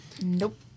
Nope